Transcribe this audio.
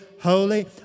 holy